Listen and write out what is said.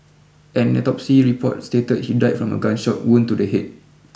an autopsy report state he died from a gunshot wound to the head